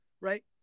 Right